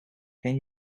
can